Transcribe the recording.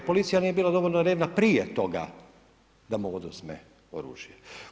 Jer policija nije bila dovoljno revna prije toga da mu oduzme oružje.